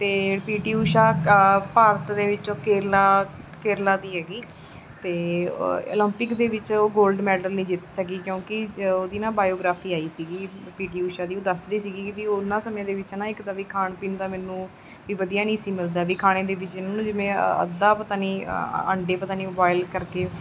ਅਤੇ ਪੀਟੀ ਊਸ਼ਾ ਭਾਰਤ ਦੇ ਵਿੱਚੋਂ ਕੇਰਲਾ ਕੇਰਲਾ ਦੀ ਹੈਗੀ ਅਤੇ ਉ ਉਲੰਪਿਕ ਦੇ ਵਿੱਚ ਉਹ ਗੋਲਡ ਮੈਡਲ ਨਹੀਂ ਜਿੱਤ ਸਕੀ ਕਿਉਂਕਿ ਉਹਦੀ ਨਾ ਬਾਇਓਗ੍ਰਾਫੀ ਆਈ ਸੀਗੀ ਪੀਟੀ ਊਸ਼ਾ ਦੀ ਉਹ ਦੱਸ ਰਹੀ ਸੀਗੀ ਵੀ ਉਨ੍ਹਾਂ ਸਮਿਆਂ ਦੇ ਵਿੱਚ ਇੱਕ ਤਾਂ ਵੀ ਖਾਣ ਪੀਣ ਦਾ ਮੈਨੂੰ ਵੀ ਵਧੀਆ ਨਹੀਂ ਸੀ ਮਿਲਦਾ ਵੀ ਖਾਣੇ ਦੇ ਵਿੱਚ ਨਾ ਜਿਵੇਂ ਅੱਧਾ ਪਤਾ ਨਹੀਂ ਅੰਡੇ ਪਤਾ ਨਹੀਂ ਬੋਆਇਲ ਕਰਕੇ